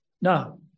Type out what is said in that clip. Now